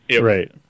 Right